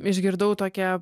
išgirdau tokią